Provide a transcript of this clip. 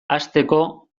hasteko